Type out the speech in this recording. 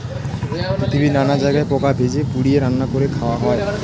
পৃথিবীর নানা জায়গায় পোকা ভেজে, পুড়িয়ে, রান্না করে খাওয়া হয়